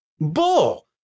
Bull